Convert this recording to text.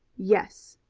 yes,